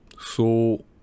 So